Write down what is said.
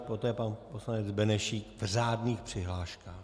Poté pan poslanec Benešík v řádných přihláškách.